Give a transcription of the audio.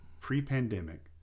pre-pandemic